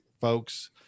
folks